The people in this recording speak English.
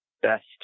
best